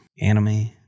anime